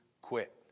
quit